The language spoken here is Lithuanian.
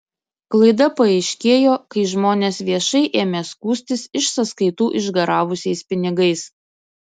klaida paaiškėjo kai žmonės viešai ėmė skųstis iš sąskaitų išgaravusiais pinigais